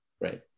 right